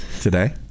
today